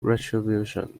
retribution